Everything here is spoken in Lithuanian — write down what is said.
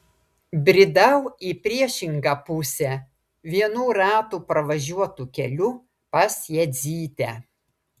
bridau į priešingą pusę vienų ratų pravažiuotu keliu pas jadzytę